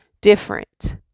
different